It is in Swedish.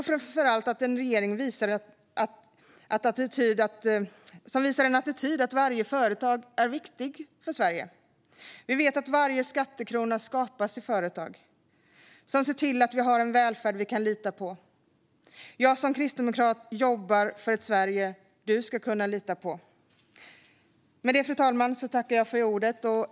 Framför allt måste regeringen visa attityden att varje företag är viktigt för Sverige. Vi vet att varje skattekrona skapas i företagen, som ser till att vi har en välfärd vi kan lita på. Jag som kristdemokrat jobbar för ett Sverige du ska kunna lita på. Med detta, fru talman, tackar jag för ordet.